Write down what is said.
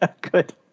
Good